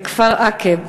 בכפר-עקב.